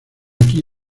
aquí